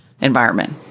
environment